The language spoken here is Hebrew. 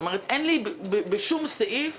זאת אומרת, בשום סעיף